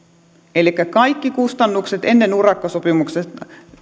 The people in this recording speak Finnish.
elikkä kaikki kustannukset ennen urakkasopimusta